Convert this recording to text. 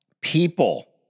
people